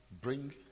bring